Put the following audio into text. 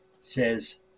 says